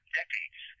decades